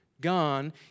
gone